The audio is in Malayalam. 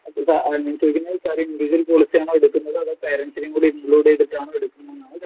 അത് ഞാൻ ചോയ്ക്കുന്നത് സാറ് ഇന്റിവിജ്വൽ പോളിസിയാണോ എടുക്കുന്നത് അതോ പേരന്റിനേയും കൂടി ഇൻക്ലൂഡ് ചെയ്തിട്ടാണോ എടുക്കുന്നത് എന്നാണ് ചോദിക്കുന്നത്